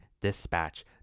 dispatch